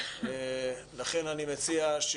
אני מציע,